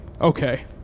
Okay